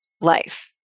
life